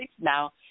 now